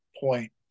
point